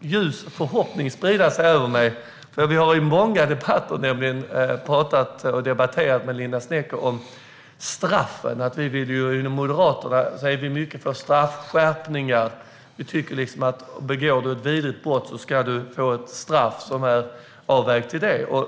ljus förhoppning sprida sig. Vi har nämligen i många debatter talat med Linda Snecker om straffen. Inom Moderaterna är vi mycket för straffskärpningar; vi tycker att den som begår ett vidrigt brott ska få ett straff som är avvägt för det.